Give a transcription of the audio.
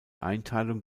einteilung